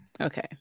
okay